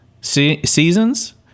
seasons